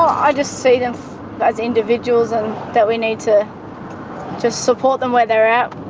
i just see them as individuals and that we need to just support them where they're at.